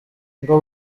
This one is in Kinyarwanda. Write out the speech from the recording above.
ngo